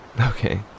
Okay